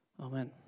Amen